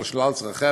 על שלל צרכיה,